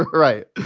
right.